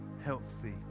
healthy